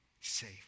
safe